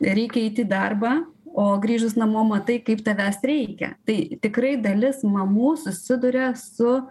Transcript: reikia eit į darbą o grįžus namo matai kaip tavęs reikia tai tikrai dalis mamų susiduria su